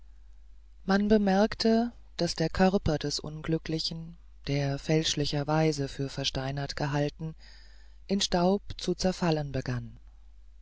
man bemerkte daß der körper des unglücklichen der fälschlicherweise für versteinert gehalten in staub zu zerfallen begann